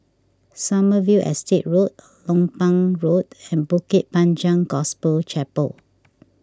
Sommerville Estate Road Lompang Road and Bukit Panjang Gospel Chapel